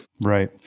Right